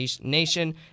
Nation